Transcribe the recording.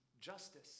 justice